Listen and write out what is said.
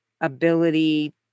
ability